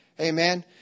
Amen